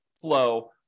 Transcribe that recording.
flow